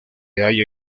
halla